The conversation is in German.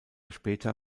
später